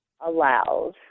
allowed